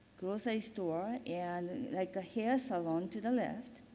grocery store and like a hair salon to the left.